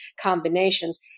combinations